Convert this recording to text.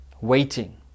Waiting